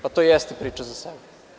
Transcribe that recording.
Pa to jeste priča za sebe.